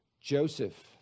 Joseph